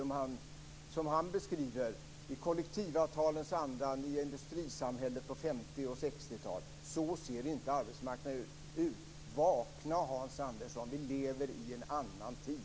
Han talar om det nya industrisamhället i kollektivavtalens anda på 1950 och 1960-talet. Så ser arbetsmarknaden inte ut. Vakna, Hans Andersson! Vi lever i en annan tid.